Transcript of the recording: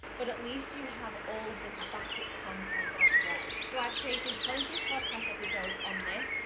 but at least you have all of this backup content as well. so i've created plenty of podcast episodes on this.